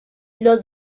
los